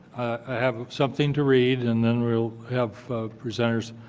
i have something to read, and then we will have presenters.